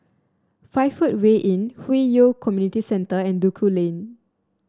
Five Footway Inn Hwi Yoh Community Centre and Duku Lane